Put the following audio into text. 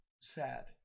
sad